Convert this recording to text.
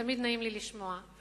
ותמיד נעים לי לשמוע את זה.